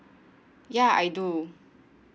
ya I do